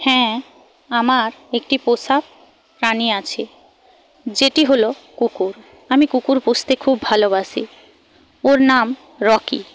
হ্যাঁ আমার একটি পোষা প্রাণী আছে যেটি হল কুকুর আমি কুকুর পুষতে খুব ভালোবাসি ওর নাম রকি